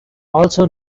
also